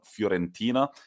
Fiorentina